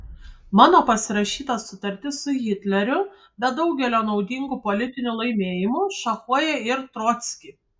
mano pasirašyta sutartis su hitleriu be daugelio naudingų politinių laimėjimų šachuoja ir trockį